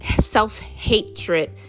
self-hatred